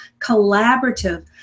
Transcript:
collaborative